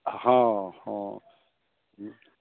हॅं हॅं